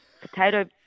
potato –